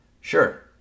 Sure